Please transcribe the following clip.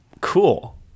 cool